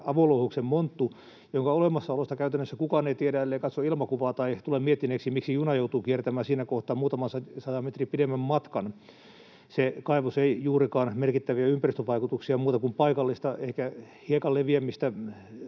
avolouhoksen monttu, jonka olemassaolosta käytännössä kukaan ei tiedä, ellei katso ilmakuvaa tai tule miettineeksi, miksi juna joutui kiertämään siinä kohtaa muutaman sadan metrin pidemmän matkan. Se kaivos ei aiheuta juurikaan merkittäviä ympäristövaikutuksia, muuta kuin ehkä paikallista hiekan leviämistä.